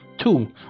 Two